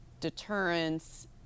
deterrence